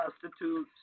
prostitutes